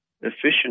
efficient